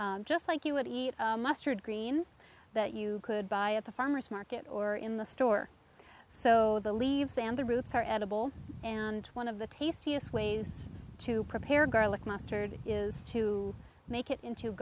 mustard just like you would mustard green that you could buy at the farmers market or in the store so the leaves and the roots are edible and one of the tastiest ways to prepare garlic mustard is to make it into